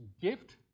gift